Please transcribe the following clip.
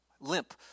limp